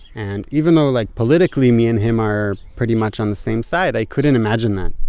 and even though like politically me and him are pretty much on the same side, i couldn't imagine that.